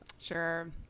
Sure